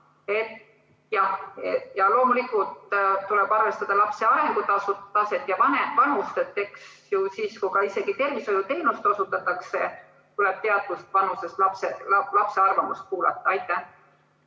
Loomulikult tuleb arvestada ka lapse arengutaset ja vanust. Eks ju siis, kui isegi tervishoiuteenust osutatakse, tuleb teatud vanuses lapse arvamust kuulata. Kalle